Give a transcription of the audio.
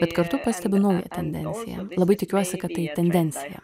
bet kartu pastebiu naują tendenciją labai tikiuosi kad tai tendencija